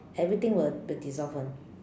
everything will will dissolve [one]